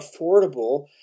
affordable